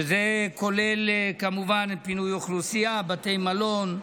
שזה כולל כמובן את פינוי האוכלוסייה, בתי מלון,